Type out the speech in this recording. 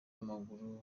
w’amaguru